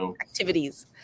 Activities